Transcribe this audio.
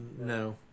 No